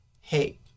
Hey